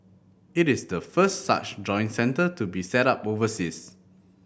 it is the first such joint centre to be set up overseas